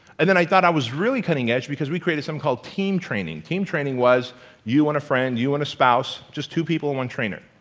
and and i thought i was really cutting edge because we created something called team training. team training was you and a friend, you and a spouse, just two people one trainer.